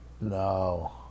No